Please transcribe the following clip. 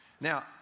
Now